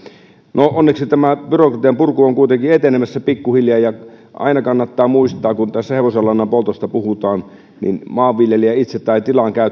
no onneksi tämä byrokratianpurku on kuitenkin etenemässä pikkuhiljaa ja aina kannattaa muistaa kun tässä hevosenlannan poltosta puhutaan että maanviljelijä tai